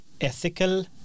ethical